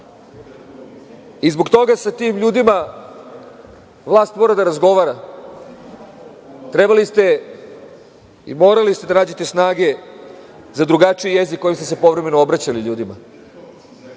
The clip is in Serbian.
i zbog toga sa tim ljudima vlast mora da razgovara. Trebali ste i morali ste da nađete snage za drugačije jezik kojim ste se povremeno obraćali ljudima. Razumem